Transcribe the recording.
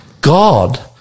God